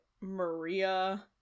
Maria